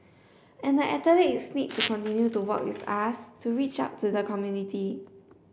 and the athletes need to continue to work with us to reach out to the community